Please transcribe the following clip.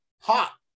hot